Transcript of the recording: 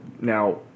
Now